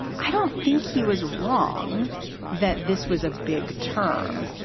i don't think he was wrong that this was a big term.